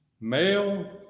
Male